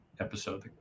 episode